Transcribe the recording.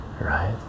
right